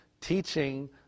teaching